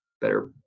better